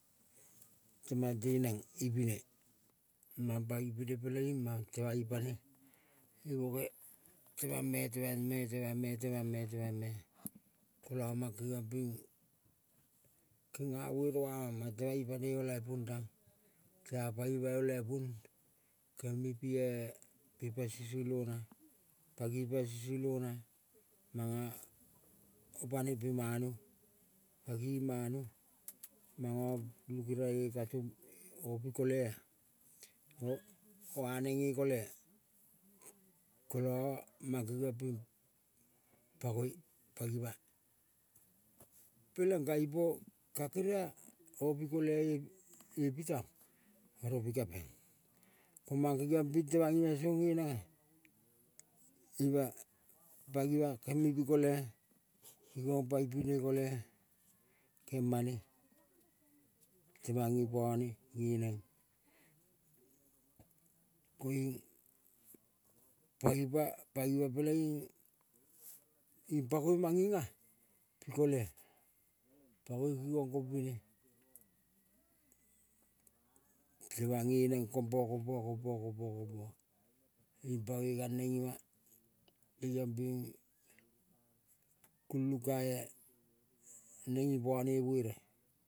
Temang teneng ipine, mang pang ipine peleing mang temang ipane i boge temang me, temang me, temang me, temang me kola mang. Keniong ping kenga vere vamang, mang temang ipane olial pun tang tea pang ima olial pun kemi pie pe pel. Sisilona pangi pel sisilona manga panoi manu pagi i manu manga pulukeria e katum, opi kolea, o-vanenge kole mang geviong ping pago, pagima-a. Peleng ka ipo ka keria-a opi kole epitang oro pikapeng, ko mang kegiong ping temang ima song nge nenga ima-a. Pangi ma kengi pi kole kingong pangi pine kole kemane temang ipane nge neng. Koiung pangi pa pangemea pelenging i pangoi manginga pi kole, pangoi. Kingong kom pine temang nge neng kompa, kompa, kompa, kompa, kompa ing pangoi gal neng ima. Kengiong ping kulung kae neng ipo ne vere.